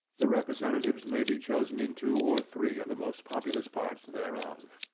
the representatives may be chosen in two or three of the most populous parts thereof.